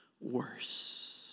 worse